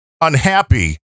unhappy